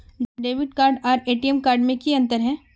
Debit card आर ATM card में की अंतर है?